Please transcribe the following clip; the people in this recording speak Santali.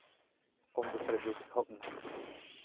ᱠᱚᱢᱯᱤᱭᱩᱴᱟᱨ ᱡᱩᱜᱽ ᱮᱦᱚᱵ ᱱᱟ